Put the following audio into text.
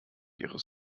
ihres